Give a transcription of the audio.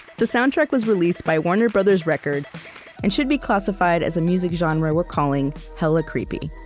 the soundtrack was released by warner brothers records and should be classified as a music genre we're calling hella creepy.